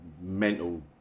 mental